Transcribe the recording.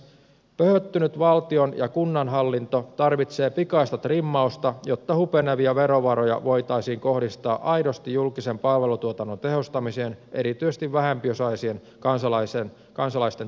pöhöttynyt valtion ja kunnanhallinto tarvitsee pikaista trimmausta jotta hupenevia verovaroja voitaisiin kohdistaa aidosti julkisen palvelutuotannon tehostamiseen erityisesti vähempiosaisten kansalaisten turvaksi